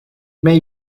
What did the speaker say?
may